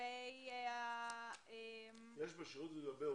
לגבי עולים?